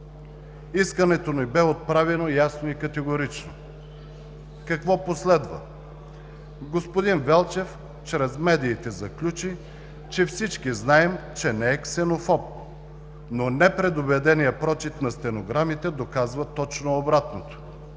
Искането ни бе отправено ясно и категорично. Какво последва? Господин Велчев чрез медиите заключи, че всички знаем, че не е ксенофоб, но непредубеденият прочит на стенограмите доказва точно обратното.